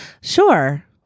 Sure